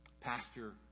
Pastor